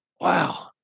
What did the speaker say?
Wow